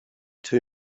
two